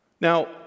Now